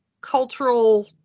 cultural